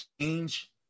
change